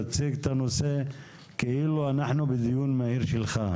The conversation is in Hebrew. תציג את הנושא כאילו אנחנו בדיון מהיר שלך.